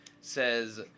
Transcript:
says